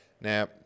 Now